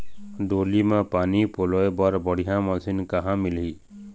डोली म पानी पलोए बर बढ़िया मशीन कहां मिलही?